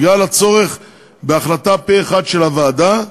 בגלל הצורך בהחלטה פה-אחד של הוועדה.